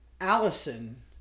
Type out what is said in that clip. Allison